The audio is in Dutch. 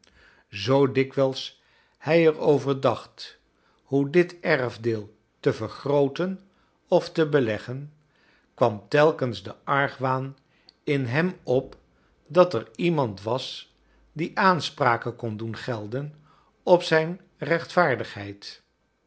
zoo dikwijls hij er over dacht hoe dit erfdeel te vergrooten of te beleggen kwam telkens de argwaan in hem op dat er iemand was die aanspraken kon doen gelden op zijn rechtvaardigheid